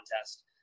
contest